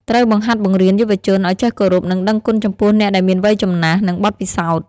ត្រូវបង្ហាត់បង្រៀនយុវជនឲ្យចេះគោរព និងដឹងគុណចំពោះអ្នកដែលមានវ័យចំណាស់ និងបទពិសោធន៍។